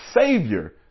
savior